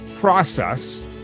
Process